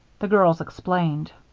the girls explained.